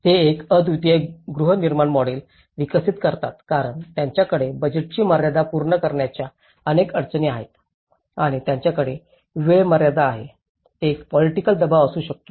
ते एक अद्वितीय गृहनिर्माण मॉडेल विकसित करतात कारण त्यांच्याकडे बजेटची मर्यादा पूर्ण करण्याच्या अनेक अडचणी आहेत आणि त्यांच्याकडे वेळ मर्यादा आहे एक पोलिटिकल दबाव असू शकतो